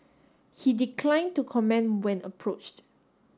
he declined to comment when approached